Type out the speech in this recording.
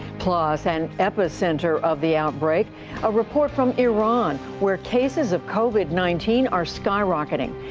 plus, an epicenter of the outbreak a report from iran, where cases of covid nineteen are skyrocketing,